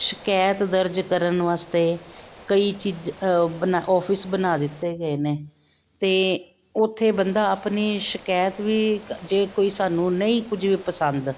ਸ਼ਿਕਾਇਤ ਦਰਜ ਕਰਨ ਵਾਸਤੇ ਕਈ ਚੀਜ਼ ਬਣਾ ਆਫਿਸ ਬਣਾ ਦਿੱਤੇ ਗਏ ਨੇ ਅਤੇ ਉੱਥੇ ਬੰਦਾ ਆਪਣੀ ਸ਼ਿਕਾਇਤ ਵੀ ਕ ਜੇ ਕੋਈ ਸਾਨੂੰ ਨਹੀਂ ਕੁਝ ਵੀ ਪਸੰਦ